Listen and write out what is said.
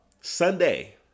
Sunday